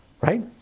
right